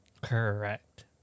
Correct